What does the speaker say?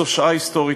זו שעה היסטורית,